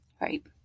Right